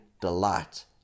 delight